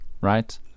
right